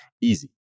easy